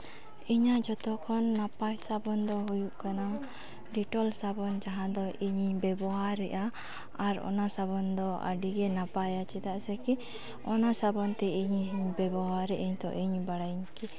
ᱤᱧᱟᱹᱜ ᱡᱚᱛᱚᱠᱷᱚᱱ ᱱᱟᱯᱟᱭ ᱥᱟᱵᱚᱱ ᱫᱚ ᱦᱩᱭᱩᱜ ᱠᱟᱱᱟ ᱰᱮᱴᱚᱞ ᱥᱟᱵᱚᱱ ᱡᱟᱦᱟᱸ ᱫᱚ ᱤᱧᱤᱧ ᱵᱮᱵᱚᱦᱟᱨᱮᱫᱼᱟ ᱟᱨ ᱚᱱᱟ ᱥᱟᱵᱚᱱ ᱫᱚ ᱟᱹᱰᱤᱜᱮ ᱱᱟᱯᱟᱭᱟ ᱪᱮᱫᱟᱜ ᱥᱮ ᱠᱤ ᱚᱱᱟ ᱥᱟᱵᱚᱱ ᱛᱮ ᱤᱧᱤᱧ ᱵᱮᱵᱚᱦᱟᱨᱮᱫᱼᱟᱹᱧ ᱛᱚ ᱤᱧᱤᱧ ᱵᱟᱲᱟᱭᱮᱫ ᱟᱹᱧ ᱠᱤ